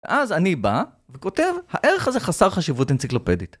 אז אני בא, וכותב, הערך הזה חסר חשיבות אנציקלופדית.